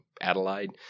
Adelaide